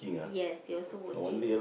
yes they also working